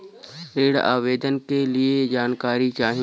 ऋण आवेदन के लिए जानकारी चाही?